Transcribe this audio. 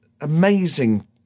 amazing